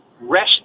rest